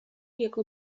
jego